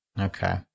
Okay